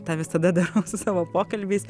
tą visada darau su savo pokalbiais